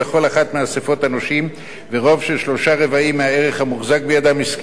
אחת מאספות הנושים ורוב של שלושה-רבעים מהערך המוחזק בידם הסכים לו.